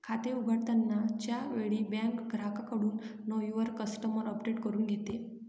खाते उघडताना च्या वेळी बँक ग्राहकाकडून नो युवर कस्टमर अपडेट करून घेते